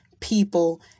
people